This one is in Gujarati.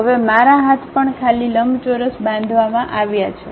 હવે મારા હાથ પણ ખાલી લંબચોરસ બાંધવામાં આવ્યા છે